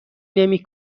نمی